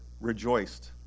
rejoiced